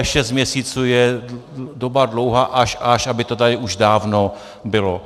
Šest měsíců je doba dlouhá až až, aby to tady už dávno bylo.